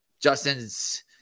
Justin's